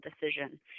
decision